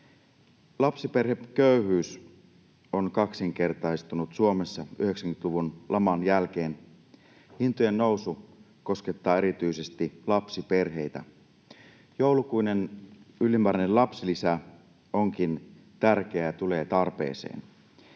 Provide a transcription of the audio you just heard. Lapsiperheköyhyys on kaksinkertaistunut Suomessa 90-luvun laman jälkeen. Hintojen nousu koskettaa erityisesti lapsiperheitä. Joulukuinen ylimääräinen lapsilisä onkin tärkeä ja tulee tarpeeseen.